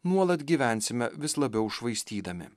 nuolat gyvensime vis labiau švaistydami